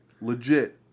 Legit